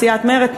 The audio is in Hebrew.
סיעת מרצ,